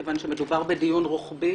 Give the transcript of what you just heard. מכיוון שמדובר בדיון רוחבי,